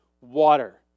water